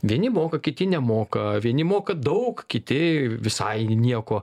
vieni moka kiti nemoka vieni moka daug kiti visai nieko